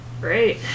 Great